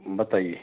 बताइए